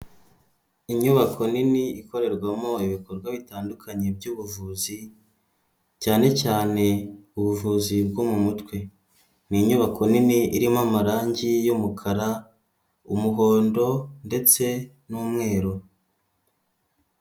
Inyubako nini ikorerwamo ibikorwa bitandukanye by'ubuvuzi cyane cyane ubuvuzi bwo mu mutwe ni inyubako nini irimo amarangi yumukara umuhondo ndetse n'umweru.